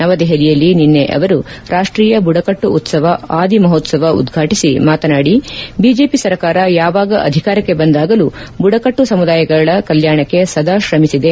ನವದೆಹಲಿಯಲ್ಲಿ ನಿನ್ನೆ ಅವರು ರಾಷ್ಟೀಯ ಬುಡಕಟ್ಟು ಉತ್ಸವ ಆದಿ ಮಹೋತ್ಸವ ಉದ್ಘಾಟಿಸಿ ಮಾತನಾಡಿ ಬಿಜೆಪಿ ಸರಕಾರ ಯಾವಾಗ ಅಧಿಕಾರಕ್ಕೆ ಬಂದಾಗಲೂ ಬುಡಕಟ್ಟು ಸಮುದಾಯಗಳ ಕಲ್ಕಾಣಕ್ಕೆ ಸದಾ ಶ್ರಮಿಸಿದೆ